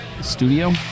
studio